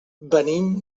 venim